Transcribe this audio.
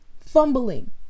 fumbling